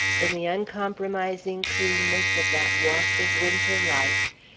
in the uncompromising cleanness of that wash of winter light,